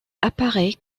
apparaît